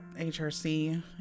HRC